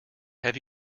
have